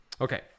Okay